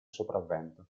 sopravvento